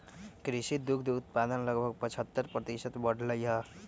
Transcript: कृषि दुग्ध उत्पादन लगभग पचहत्तर प्रतिशत बढ़ लय है